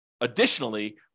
additionally